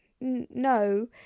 no